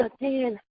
again